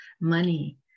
money